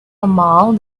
among